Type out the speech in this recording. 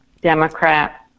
Democrat